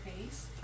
face